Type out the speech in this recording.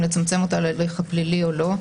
אם לצמצם אותה להליך הפלילי או לא.